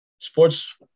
Sports